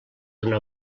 una